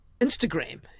Instagram